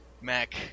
Mac